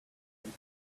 and